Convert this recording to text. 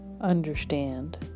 understand